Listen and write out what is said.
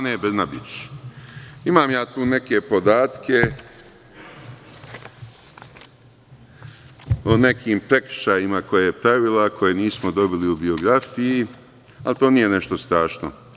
Što se tiče Ane Brnabić, imam ja tu neke podatke o nekim prekršajima koje je pravila, koje nismo dobili u biografiji, ali to nije nešto strašno.